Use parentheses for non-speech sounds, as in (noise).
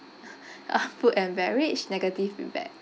(laughs) food and beverage negative feedback